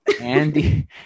Andy